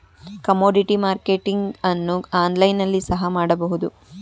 commodity marketing ಅನ್ನು online ನಲ್ಲಿ ಸಹ ಮಾಡಬಹುದು